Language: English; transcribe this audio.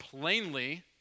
plainly